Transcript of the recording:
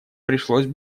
пришлось